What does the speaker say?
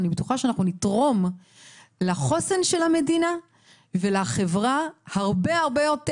אני בטוחה שאנחנו נתרום לחוסן של המדינה ולחברה הרבה יותר,